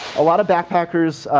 a lot of backpackers,